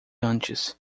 antes